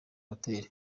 hotel